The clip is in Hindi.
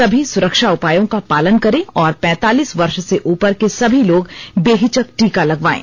सभी सुरक्षा उपायों का पालन करें और पैंतालीस वर्ष से उपर के सभी लोग बेहिचक टीका लगवायें